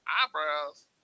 Eyebrows